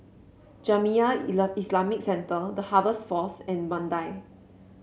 Jamiyah Ila Islamic Center The Harvest Force and Mandai